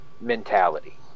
mentality